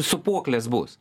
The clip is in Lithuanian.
sūpuoklės bus